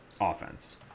offense